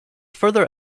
further